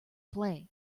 play